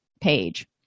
page